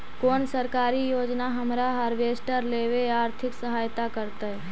कोन सरकारी योजना हमरा हार्वेस्टर लेवे आर्थिक सहायता करतै?